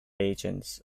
agents